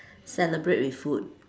celebrate with food